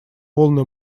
волны